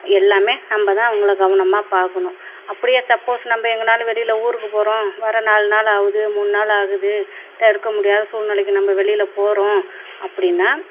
எல்லாம் நம்ம தான் அவங்கள கவனமாக பார்க்கணும் அப்படியே சப்போஸ் நம்ம எங்கேனாலும் வெளியில் ஊருக்கு போகிறோம் வர நாலு நாள் ஆகுது மூணு நாள் ஆகுது தவிர்க்க முடியாத சூழ்நிலைக்கு நம்ம வெளியில் போகிறோம் அப்படின்னா